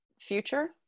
future